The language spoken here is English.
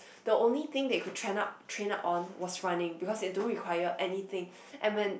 the only thing they could train up train up on was running because they don't require anything and when